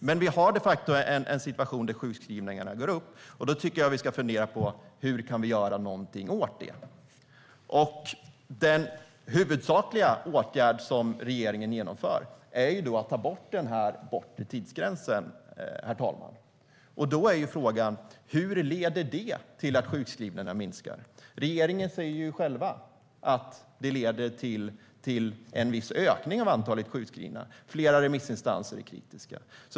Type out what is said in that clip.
Men vi har de facto en situation där sjukskrivningarna ökar. Då tycker jag att vi ska fundera på hur vi kan göra någonting åt det. Den huvudsakliga åtgärd som regeringen vidtar är att ta bort den bortre tidsgränsen. Då är frågan: Hur leder det till att sjukskrivningarna minskar? Regeringen säger själv att det leder till en viss ökning av antalet sjukskrivna. Flera remissinstanser är också kritiska.